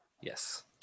Yes